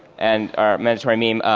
and our mandatory meeting,